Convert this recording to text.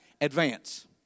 advance